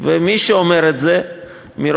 מי שאומר את זה מראש,